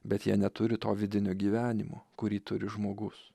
bet jie neturi to vidinio gyvenimo kurį turi žmogus